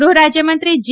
ગૃહરાજ્યમંત્રી જી